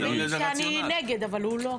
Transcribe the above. תאמינו לי שאני נגד, אבל הוא לא הכתובת.